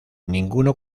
ninguno